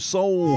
Soul